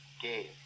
game